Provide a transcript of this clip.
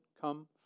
come